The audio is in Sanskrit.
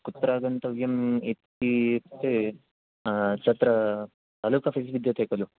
कुत्र आगन्तव्यम् इति चेत् तत्र तालूक् आफीस् विद्यते खलु